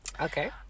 okay